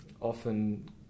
often